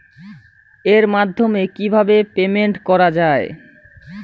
এর মাধ্যমে কিভাবে পেমেন্ট করা য়ায়?